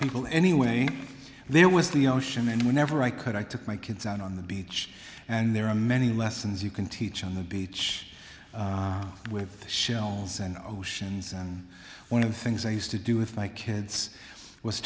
people anyway there was the ocean and whenever i could i took my kids out on the beach and there are many lessons you can teach on the beach with shells and oceans and one of the things i used to do with my kids was